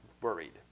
worried